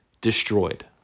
destroyed